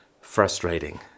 frustrating